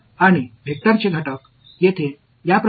அல்லது வெக்டர் ஆக இருக்குமா